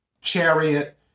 chariot